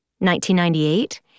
1998